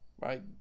right